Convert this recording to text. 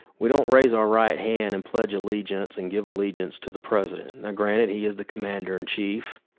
we don't raise our right hand and pledge allegiance and give allegiance to the president. now granted, he is the commander in chief.